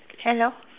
hello